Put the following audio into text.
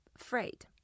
afraid